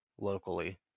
locally